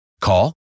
Call